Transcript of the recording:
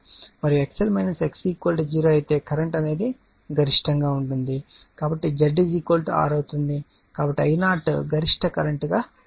కాబట్టి Z R అవుతుంది కాబట్టి I0 గరిష్ట కరెంట్ గా ఉంటుంది